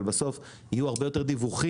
בסוף יהיו הרבה יותר דיווחים,